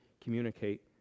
communicate